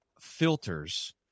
filters